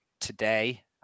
today